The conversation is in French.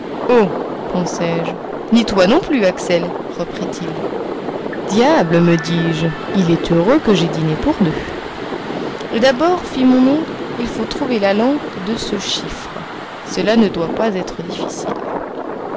oh pensai-je ni toi non plus axel reprit-il diable me dis-je il est heureux que j'aie dîné pour deux et d'abord fit mon oncle il faut trouver la langue de ce chiffre cela ne doit pas être difficile